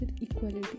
equality